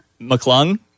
McClung